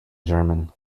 german